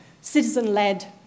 citizen-led